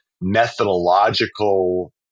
methodological